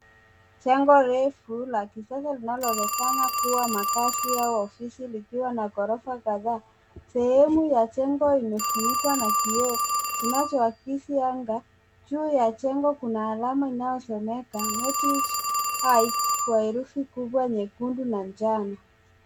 Jengo refu la kisasa linaloonekana kuwa makazi au ofisi likiwa na ghorofa kadhaa. Sehemu ya jengo imefunikwa na kioo kinachoakisi anga. Juu ya jengo kuna alama inayosomeka Northwich Heights kwa herufi kubwa nyekundu na njano.